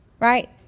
right